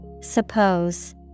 Suppose